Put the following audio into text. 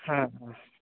হ্যাঁ হ্যাঁ